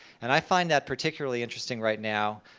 and i find that particularly interesting right now,